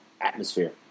atmosphere